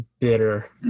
bitter